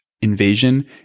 invasion